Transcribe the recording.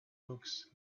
books